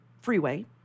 freeway